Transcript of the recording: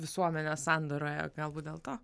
visuomenės sandaroje galbūt dėl to